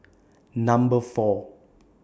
Number four